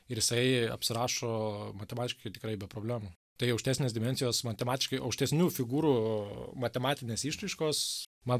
ir jisai apsirašo matematiškai tikrai be problemų tai aukštesnės dimensijos matematiškai aukštesnių figūrų matematinės išraiškos man